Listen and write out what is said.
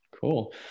Cool